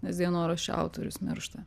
nes dienoraščio autorius miršta